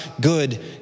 good